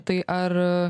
tai ar